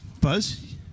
Buzz